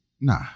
Nah